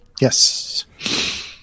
Yes